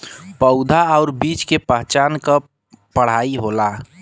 पउधा आउर बीज के पहचान क पढ़ाई होला